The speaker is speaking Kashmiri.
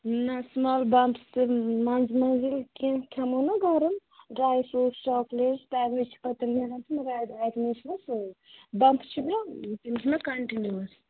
نہ سُمال بنٛدَس تہِ منٛز منٛز ییٚلہِ کیٚنہہ کھیٚمو نا گرم ڈرٛاے فرٛوٗٹ چاکلیٹ تَمی چھِ پَتہٕ تِم نیران تِم رٮ۪ڈ اٮ۪کنی چھِنہ سُے چھِکھ نہ تِم چھِ مےٚ کَنٹِنیُوَس